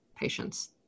patients